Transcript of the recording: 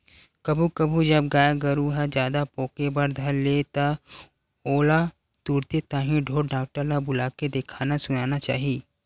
कभू कभू जब गाय गरु ह जादा पोके बर धर ले त ओला तुरते ताही ढोर डॉक्टर ल बुलाके देखाना सुनाना चाही